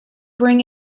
bring